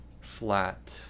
flat